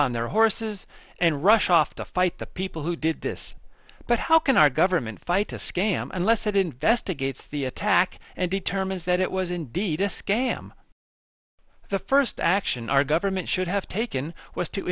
on their horses and rush off to fight the people who did this but how can our government fight a scam unless it investigates the attack and determines that it was indeed a scam the first action our government should have taken was to